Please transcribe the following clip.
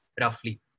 roughly